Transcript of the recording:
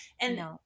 And-